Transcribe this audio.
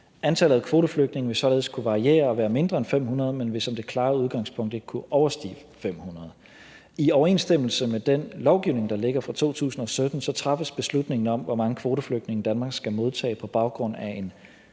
Antallet af kvoteflygtninge vil således kunne variere og være mindre end 500, men vil som det klare udgangspunkt ikke kunne overstige 500. I overensstemmelse med den lovgivning, der ligger fra 2017, træffes beslutningen om, hvor mange kvoteflygtninge Danmark skal modtage, på baggrund af en samlet afvejning